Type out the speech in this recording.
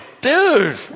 Dude